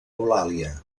eulàlia